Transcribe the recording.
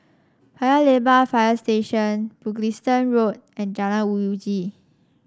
Paya Lebar Fire Station Mugliston Road and Jalan Uji